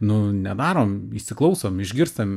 nu nedarom įsiklausom išgirstam